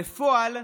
בפועל,